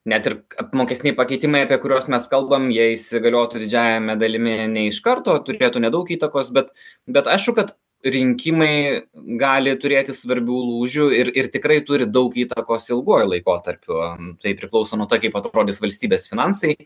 net ir apmokestiniai pakeitimai apie kuriuos mes kalbam jie įsigaliotų didžiajame dalimi ne iš karto turėtų nedaug įtakos bet bet aišku kad rinkimai gali turėti svarbių lūžių ir ir tikrai turi daug įtakos ilguoju laikotarpiu tai priklauso nuo to kaip atrodys valstybės finansai